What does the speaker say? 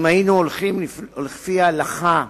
אם היינו הולכים לפי ההלכה,